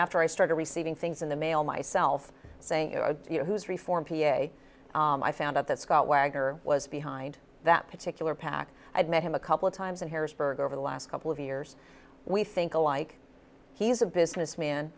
after i started receiving things in the mail myself saying who's reform p a i found out that scott wagner was behind that particular pac i've met him a couple of times in harrisburg over the last couple of years we think alike he's a businessman